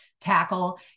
tackle